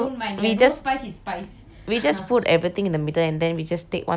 we just put everything in the middle and then we just take one scoop one scoop and eat or what lah